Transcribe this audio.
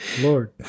Lord